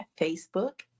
Facebook